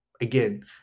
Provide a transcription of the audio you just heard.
Again